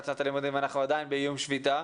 שנת הלימודים אנחנו עדיין באיום שביתה,